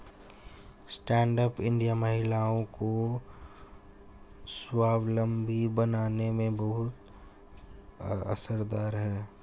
stand up India महिलाओं को स्वावलम्बी बनाने में बहुत असरदार है